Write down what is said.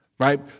right